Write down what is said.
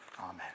Amen